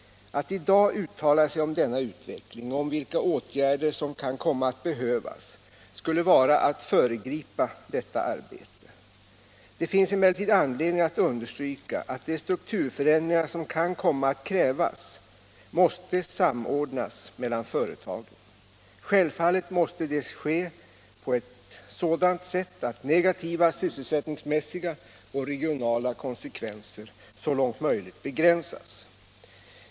Att i dag uttala sig om denna utveckling och om vilka åtgärder som kan komma att behövas skulle vara att föregripa detta arbete. Det finns emellertid anledning att understryka att de strukturförändringar som kan komma att krävas måste samordnas mellan företagen. Självfallet måste de ske på ett sådant sätt att negativa sysselsättningsmässiga och regionala konsekvenser så långt möjligt begränsas.